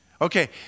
Okay